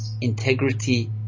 integrity